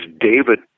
David